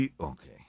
Okay